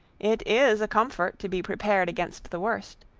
it is a comfort to be prepared against the worst.